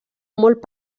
molt